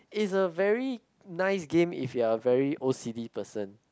is a very nice game if you are a very old city person